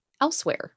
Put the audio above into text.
elsewhere